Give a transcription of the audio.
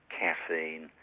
caffeine